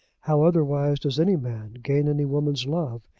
how otherwise does any man gain any woman's love?